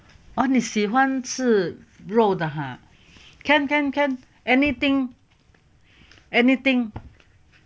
你喜欢吃肉的哈 can can can anything anything